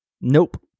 Nope